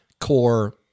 core